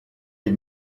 des